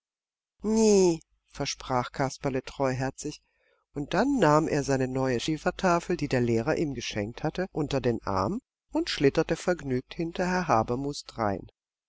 nä versprach kasperle treuherzig und dann nahm er seine neue schiefertafel die der lehrer ihm geschenkt hatte unter den arm und schlitterte vergnügt hinter herrn habermus drein